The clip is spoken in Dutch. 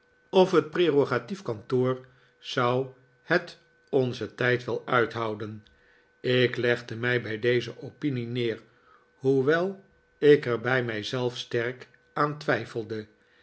of het prerogatief kantoor zou het onzen tijd wel uithouden ik legde mij bij deze opinie neer hoewel ik er bij mij zelf sterk aan twijfelde